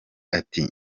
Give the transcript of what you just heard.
ati